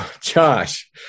Josh